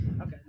Okay